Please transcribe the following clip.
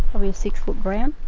probably a six foot browni